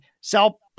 sell